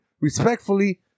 respectfully